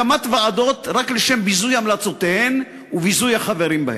הקמת ועדות רק לשם ביזוי המלצותיהן וביזוי החברים בהן.